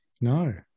No